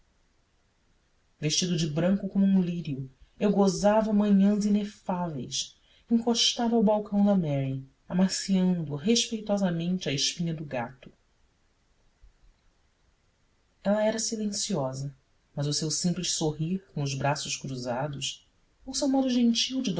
vestido de branco como um lírio eu gozava manhãs inefáveis encostado ao balcão da mary amaciando respeitosamente a espinha do gato ela era silenciosa mas o seu simples sorrir com os braços cruzados ou o seu modo gentil de